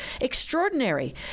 Extraordinary